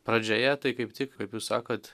pradžioje tai kaip tik kaip jūs sakot